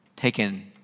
taken